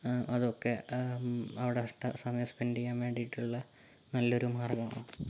അതൊക്കെ അവിടുത്തെ സമയം സ്പെൻ്റ് ചെയ്യാൻ വേണ്ടിയിട്ടുള്ളെ നല്ലൊരു മാർഗ്ഗമാണ്